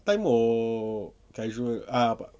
part-time or casual ah